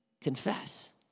Confess